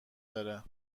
دارن